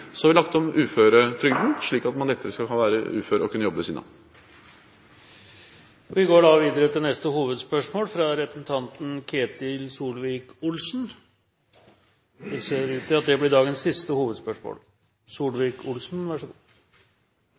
har så lagt om uføretrygden, slik at man lettere skal kunne være ufør og kunne jobbe ved siden av. Vi går videre til neste hovedspørsmål fra representanten Ketil Solvik-Olsen, som blir dagens siste hovedspørsmål. Vi har i media de siste